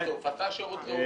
--- עשה שירות לאומי.